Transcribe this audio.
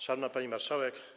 Szanowna Pani Marszałek!